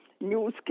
news